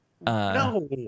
No